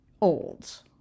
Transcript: old